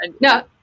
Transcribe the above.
no